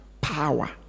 Power